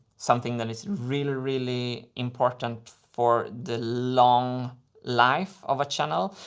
something that is really, really important for the long life of a channel.